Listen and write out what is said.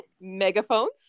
megaphones